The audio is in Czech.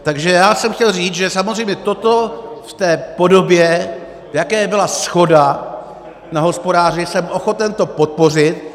Takže jsem chtěl říct, že samozřejmě toto v té podobě, v jaké byla shoda na hospodáři, jsem ochoten to podpořit.